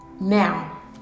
Now